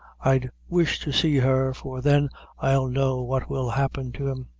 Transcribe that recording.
i'd wish to see her for then i'll know what will happen to him,